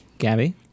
Gabby